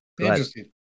interesting